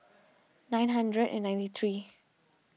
nine hundred and ninety three